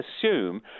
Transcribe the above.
assume